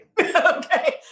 okay